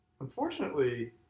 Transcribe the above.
Unfortunately